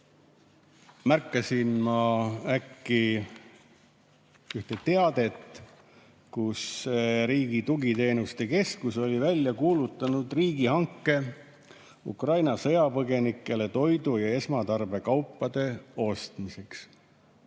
märkasin ma äkki ühte teadet, kus Riigi Tugiteenuste Keskus oli välja kuulutanud riigihanke Ukraina sõjapõgenikele toidu- ja esmatarbekaupade ostmiseks.